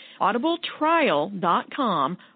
audibletrial.com